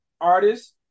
artist